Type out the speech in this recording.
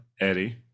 Eddie